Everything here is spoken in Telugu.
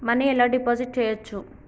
మనీ ఎలా డిపాజిట్ చేయచ్చు?